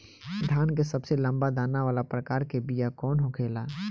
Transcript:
धान के सबसे लंबा दाना वाला प्रकार के बीया कौन होखेला?